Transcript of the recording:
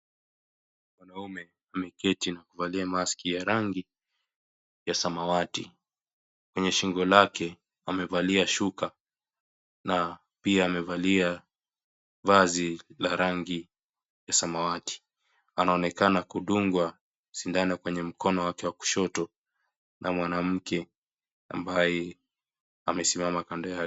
Mwanaume ameketi na kuvalia mask ya rangi ya samawati . Kwenye shingo lake amevalia shuka na pia amevalia vazi la rangi ya samawati. Anaonekana kudungwa sindano kwenye mkono wake wa kushoto na mwanamke ambaye amesimama kando yake.